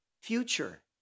future